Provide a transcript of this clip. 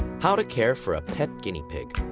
how to care for a pet guinea pig.